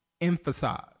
emphasize